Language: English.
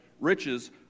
riches